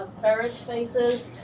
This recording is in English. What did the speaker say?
feret faces,